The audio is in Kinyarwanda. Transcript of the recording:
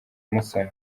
musoni